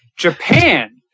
Japan